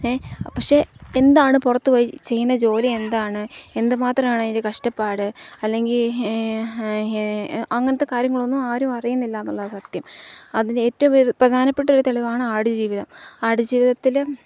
പക്ഷെ എന്താണു പുറത്തുപോയി ചെയ്യുന്ന ജോലി എന്താണ് എന്തുമാത്രമാണ് അതിൻ്റെ കഷ്ടപ്പാട് അല്ലെങ്കില് അങ്ങനത്തെ കാര്യങ്ങളൊന്നും ആരും അറിയുന്നില്ല എന്നുള്ളതാണു സത്യം അതിന് ഏറ്റവും പ്രധാനപ്പെട്ടൊരു തെളിവാണ് ആടുജീവിതം ആടുജീവിതത്തില്